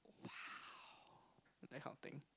!wow! that kind of thing